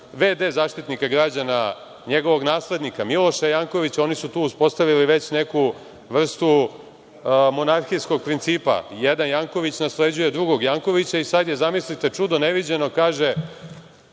Zaštitnika građana, njegovog naslednika Miloša Jankovića. Oni su tu uspostavili već neku vrstu monarhijskog principa, jedan Janković nasleđuje drugog Jankovića i sada je zamislite čudo neviđeno, skandal